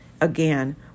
Again